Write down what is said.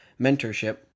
mentorship